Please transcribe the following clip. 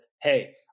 hey